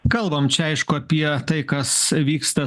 kalbam čia aišku apie tai kas vyksta